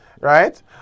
right